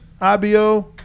ibo